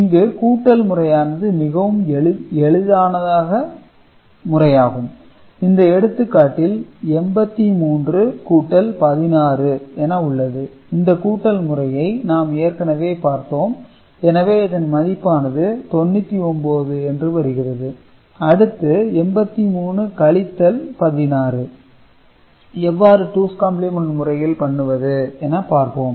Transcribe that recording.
இங்கு கூட்டல் முறையானது மிகவும் எளிதான முறையாகும் இந்த எடுத்துக்காட்டில் 83 கூட்டல் 16 என உள்ளது இந்த கூட்டல் முறையை நாம் ஏற்கனவே பார்த்தோம் எனவே இதன் மதிப்பானது 99 என வருகிறது அடுத்து 83 கழித்தல் 16 எவ்வாறு டூஸ் காம்ப்ளிமென்ட் முறையில் பண்ணுவது என பார்ப்போம்